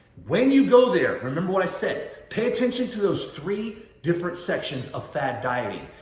when you go there, remember what i said, pay attention to those three different sections of fad dieting.